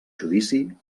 judici